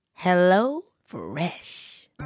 HelloFresh